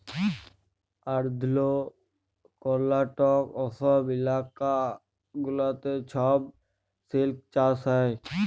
আল্ধ্রা, কর্লাটক, অসম ইলাকা গুলাতে ছব সিল্ক চাষ হ্যয়